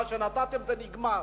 מה שנתתם, זה נגמר.